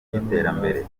ry’iterambere